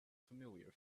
familiar